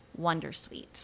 wondersuite